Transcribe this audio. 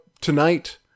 tonight